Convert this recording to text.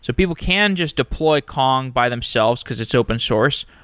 so people can just deploy kong by themselves, because it's open source.